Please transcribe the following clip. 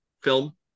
film